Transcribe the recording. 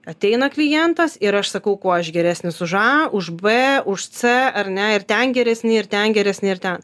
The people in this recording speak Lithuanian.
ateina klientas ir aš sakau kuo aš geresnis už a už b už c ar ne ir ten geresni ir ten geresni ir ten